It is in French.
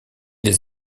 des